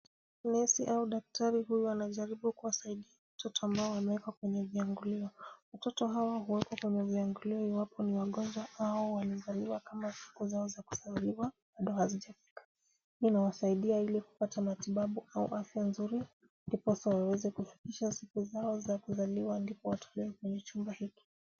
Nesi au daktari huyu anajaribu kuwasaidia watoto ambao wamewekwa kwenye viangulia. Watoto hawa huekwa kwenye viangulia iwapo ni wagonjwa au walizaliwa kama siku zao za kuzaliwa bado hazijafika. Hii inawasaidia ili kupata matibabu au afya nzuri ndiposa waweze kufikisha siku zao za kuzaliwa ndipo watolewe kwenye chumba hiki.